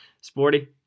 Sporty